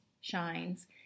shines